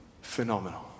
Phenomenal